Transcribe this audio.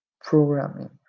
programming